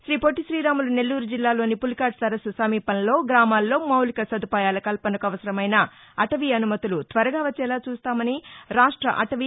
శ్రీ పొట్లి శ్రీరాములు నెల్లూరు జిల్లాలోని పులికాట్ సరస్సు సమీపంలోని గ్రామాల్లో మౌలిక సదుపాయాల కల్పనకు అవసరమైన అటవీ అనుమతులు త్వరగా వచ్చేలా చూస్తామని రాష్ట అటవీ